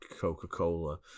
Coca-Cola